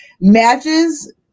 matches